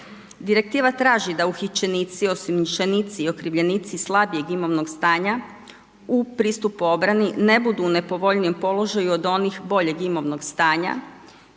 Direktiva traži da uhićenici, osumnjičenici i okrivljenici slabijeg imovnog stanja u pristupu obrani ne budu u nepovoljnijem položaju od onih boljeg imovnog stanja